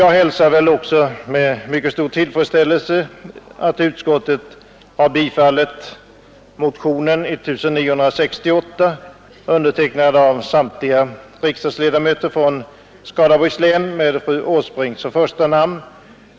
Jag hälsar också med mycket stor tillfredsställelse att utskottet har tillstyrkt bifall till motionen 1968, undertecknad av samtliga riksdagsledmöter från Skaraborgs län med fru Åsbrink som första namn.